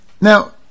Now